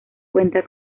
cuenta